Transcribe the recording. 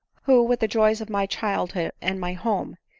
who with the joys of my childhood and my home,